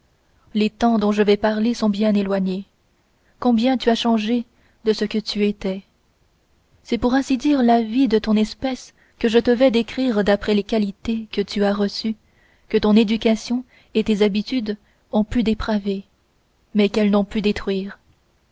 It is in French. les temps dont je vais parler sont bien éloignés combien tu as changé de ce que tu étais c'est pour ainsi dire la vie de ton espèce que je te vais décrire d'après les qualités que tu as reçues que ton éducation et tes habitudes ont pu dépraver mais qu'elles n'ont pu détruire